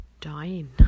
dying